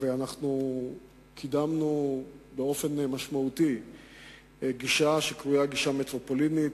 ואנחנו קידמנו באופן משמעותי גישה שקרויה "גישה מטרופולינית",